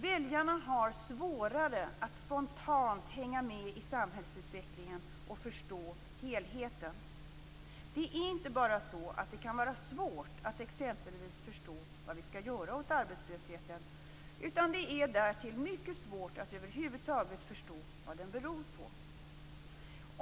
Väljarna har svårare att spontant hänga med i samhällsutvecklingen och förstå helheten. Det är inte bara så att det kan vara svårt att exempelvis förstå vad vi skall göra åt arbetslösheten, utan det är därtill mycket svårt att över huvud taget förstå vad den beror på.